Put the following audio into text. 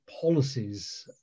policies